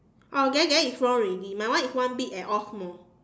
oh then then it's wrong already my one is one big and all small